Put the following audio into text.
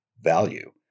value